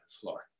floor